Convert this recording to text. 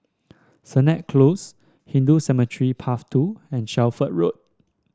Sennett Close Hindu Cemetery Path Two and Shelford Road